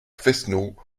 fesneau